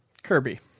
kirby